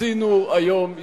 עשינו היום היסטוריה.